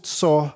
saw